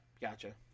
gotcha